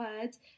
words